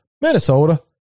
Minnesota